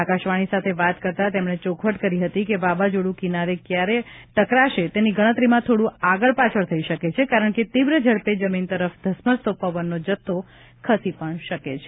આકાશવાણી સાથે વાત કરતા તેમણે ચોખવટ કરી હતી કે વાવાઝોડું કિનારે ક્યારે ટકરાશે તેની ગણતરીમાં થોડું આગળ પાછળ થઇ શકે છે કારણકે તીવ્ર ઝડપે જમીન તરફ ધસમસતો પવનનો જથ્થો ખસી પણ શકે છે